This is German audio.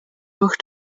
durch